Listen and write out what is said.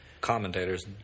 commentators